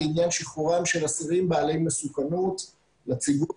לעניין שחרורם של אסירים בעלי מסוכנות לציבור